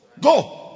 Go